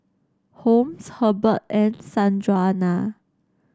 Holmes Herbert and Sanjuana